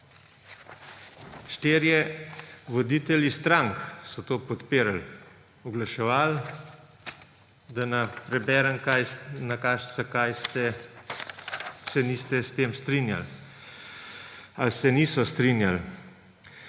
Štirje voditelji strank so to podpirali. Oglaševali, da ne preberem, zakaj se niste s tem strinjali ali se niso strinjali.